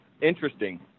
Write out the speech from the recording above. interesting